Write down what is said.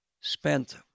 Spent